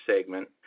segment